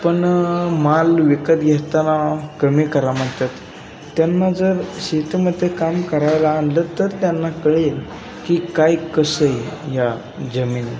पण माल विकत घेताना कमी करा म्हणतात त्यांना जर शेतीमध्ये काम करायला आणलं तर त्यांना कळेल की काय कसं आहे या जमिनीत